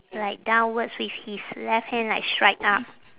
like downwards with his left hand like straight up